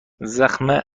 زخم